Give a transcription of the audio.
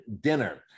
dinner